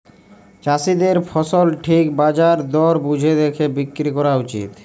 চাষীদের ফসল ঠিক বাজার দর বুঝে দ্যাখে বিক্রি ক্যরা উচিত